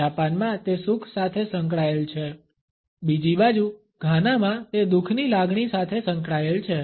જાપાનમાં તે સુખ સાથે સંકળાયેલ છે બીજી બાજુ ઘાનામાં તે દુખની લાગણી સાથે સંકળાયેલ છે